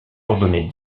ordonné